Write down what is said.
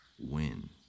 win